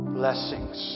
blessings